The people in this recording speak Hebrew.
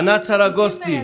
ענת סרגוסטי.